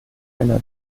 einer